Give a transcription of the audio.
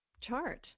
chart